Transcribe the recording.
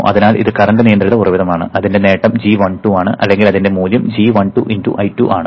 അതിനാൽ ഇത് കറന്റ നിയന്ത്രിത ഉറവിടമാണ് അതിന്റെ നേട്ടം g12 ആണ് അല്ലെങ്കിൽ അതിന്റെ മൂല്യം g12 × I2 ആണ്